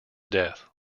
death